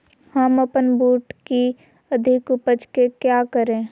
हम अपन बूट की अधिक उपज के क्या करे?